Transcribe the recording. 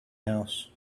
house